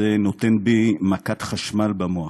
נותן לי מכת חשמל במוח,